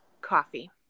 coffee